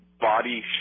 body